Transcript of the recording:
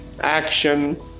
action